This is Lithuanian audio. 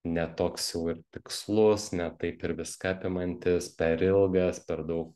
ne toks jau ir tikslus ne taip ir viską apimantis per ilgas per daug